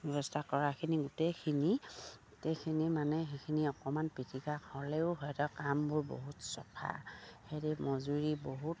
ব্যৱস্থা কৰাখিনি গোটেইখিনি গোটেইখিনি মানে সেইখিনি অকমান পিটিকা হ'লেও সিহঁতি কামবোৰ বহুত চফা সিহঁতি ন